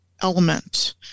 element